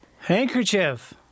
Handkerchief